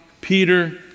Peter